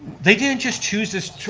they didn't just choose this,